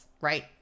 Right